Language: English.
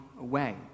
away